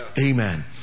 Amen